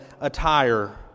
attire